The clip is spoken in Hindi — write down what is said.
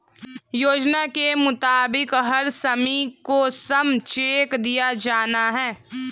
योजना के मुताबिक हर श्रमिक को श्रम चेक दिया जाना हैं